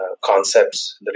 concepts